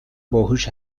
باهوش